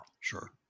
Sure